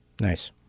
Nice